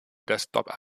desktop